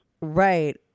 Right